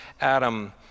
Adam